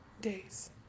days